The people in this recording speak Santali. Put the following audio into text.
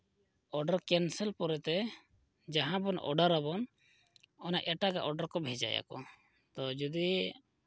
ᱚᱰᱟᱨ ᱠᱮᱱᱥᱮᱞ ᱯᱚᱨᱮ ᱛᱮ ᱡᱟᱦᱟᱸ ᱵᱚᱱ ᱚᱰᱟᱨ ᱟᱵᱚᱱ ᱚᱱᱟ ᱮᱴᱟᱜᱟᱜ ᱚᱰᱟᱨ ᱠᱚ ᱵᱷᱮᱡᱟᱭᱟᱠᱚ ᱛᱳ ᱡᱩᱫᱤ